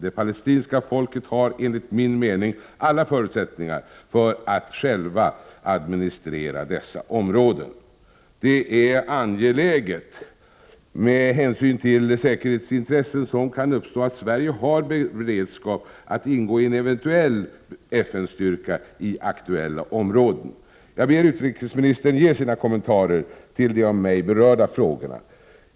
Det palestinska folket har enligt min mening alla förutsättningar för att självt administrera dessa områden. Det är angeläget, med hänsyn till säkerhetsintressen som kan uppstå, att Sverige har beredskap att ingå i en eventuell FN-styrka i aktuella områden. Jag ber utrikesministern ge sina kommentarer till de av mig berörda frågorna.